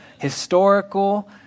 historical